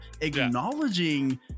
acknowledging